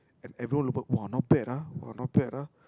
and everyone !wah! not bad ah !wah! not bad ah